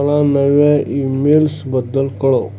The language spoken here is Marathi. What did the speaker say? मला नव्या ईमेल्सबद्दल कळव